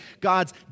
God's